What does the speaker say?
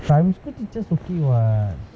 primary school teacher okay [what]